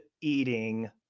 eating